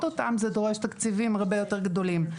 אותם זה דורש תקציבים הרבה יותר גדולים.